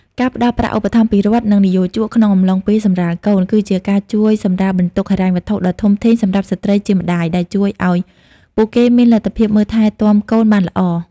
ការផ្តល់ប្រាក់ឧបត្ថម្ភពីរដ្ឋ និងនិយោជកក្នុងអំឡុងពេលសម្រាលកូន គឺជាការជួយសម្រាលបន្ទុកហិរញ្ញវត្ថុដ៏ធំធេងសម្រាប់ស្ត្រីជាម្តាយ ដែលជួយឱ្យពួកគេមានលទ្ធភាពមើលថែទាំកូនបានល្អ។